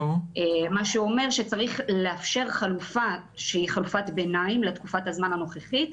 זה אומר שצריך לאפשר חלופה שהיא חלופת ביניים לתקופת הזמן הנוכחית,